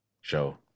show